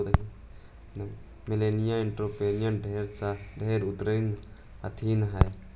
millennial entrepreneur ढेर उत्साहित रह हथिन